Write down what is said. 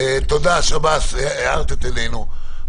חברים, תודה שב"ס, הארת את עינינו.